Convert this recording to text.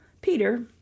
Peter